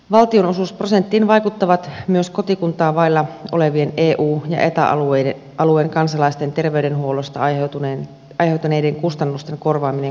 valtionosuusprosenttiin vaikuttavat myös kotikuntaa vailla olevien eu ja eta alueen kansalaisten terveydenhuollosta aiheutuneiden kustannusten korvaaminen kunnille